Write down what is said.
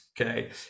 okay